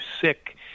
sick